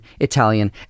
Italian